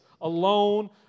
alone